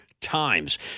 times